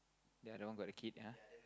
ya the other one got the kid ya